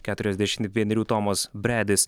keturiasdešimt vienerių tomas briadis